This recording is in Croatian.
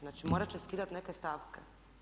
Znači morati će skidati neke stavke.